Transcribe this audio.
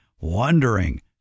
wondering